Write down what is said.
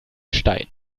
stein